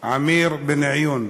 עמיר בניון.